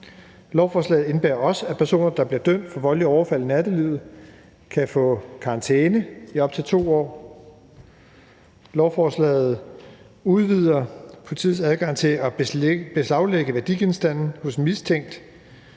Lovforslaget indebærer også, at personer, der bliver dømt for voldelige overfald i nattelivet, kan få karantæne i op til 2 år. Lovforslaget udvider politiets adgang til at beslaglægge værdigenstande hos en mistænkt,